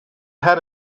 had